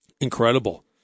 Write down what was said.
Incredible